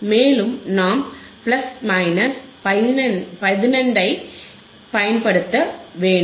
மேலும் நாம் plus minus 15 ஐப் பயன்படுத்த வேண்டும்